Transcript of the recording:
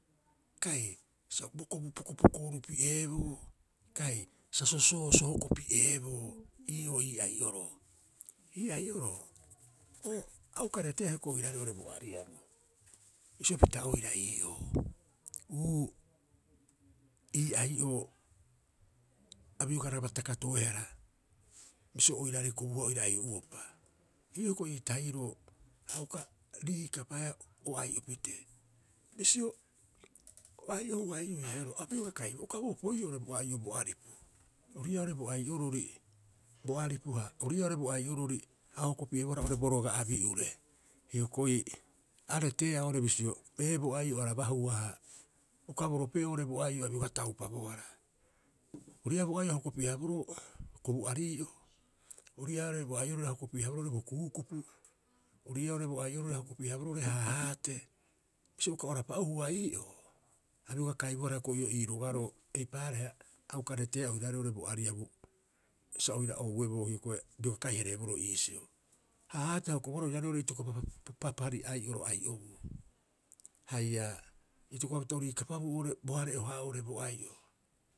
Kai sa bo kobu pokopokoorupieeboo kai sa sosooso hokopi'eeboo ii'oo ii ai'oroo. Ii ai'oroo o a uka reetee hioko'i oiraarei oo'ore bo ariabuu, bisio pita oira ii'oo uu ii ai'oo a biogaraba takatoehara bisio oiraarei kobuhua oira ai'o'uopa. Ii'oo hioko'i ii tahiro a uka rikapaau o ai'o pitee. Bisio o ai'ohua ii araroo a bioga kaibohara, uka bo opoi'oo oo'ore bo ai'o bo aripu. Ori ii'aa oo'ore bo ai'orori bo aripu ha ori ii'aa oo're bo ai'orori a ohokopi'ebohara oo'ore bo roga abi'ure. Hioko'i areteea oo'ore bisio, ee bo ai'o arabahua ha uka bo rope'oo oo'ore bo ai'o a bioga taupabohara. Orii ii'aa bo ai'o a o hopi'e- haaboroo kobu'arii'o, ori ii'aa oo'ore bo ai'orori a o hokopi'e- haaboroo bo kuukupu, ori ii'aa oo'ore bo ai'orori a o hokopi'e- haaboroo haahaate. Bisio uka o rapa'uhua ii'oo a bioga kaibohara hioko'i ii rogaroo, eipaareha a uka reteea oiraarei oo'ore bo ariabu sa oira oueboo hioko'i bioga kai- hareebnoroo iisio. Haahaate a hokobohara oiraarei oo'ore itokopa papari ai'oro ai'obuu haia itokopapita o riikapabuu oo'ore bo hare'ohaa oo'ore boai'o.